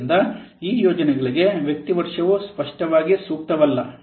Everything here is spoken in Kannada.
ಆದ್ದರಿಂದ ಈ ಯೋಜನೆಗಳಿಗೆ ವ್ಯಕ್ತಿ ವರ್ಷವು ಸ್ಪಷ್ಟವಾಗಿ ಸೂಕ್ತವಲ್ಲ